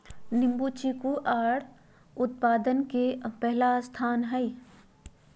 चीकू नींबू काजू और सब के उत्पादन में भारत के पहला स्थान हई